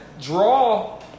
draw